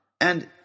And